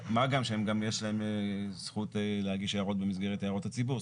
ומה גם שיש להם זכות להגיש הערות במסגרת הערות הציבור.